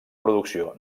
producció